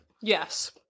yes